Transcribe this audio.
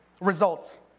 results